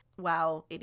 Wow